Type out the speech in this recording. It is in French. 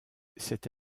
cette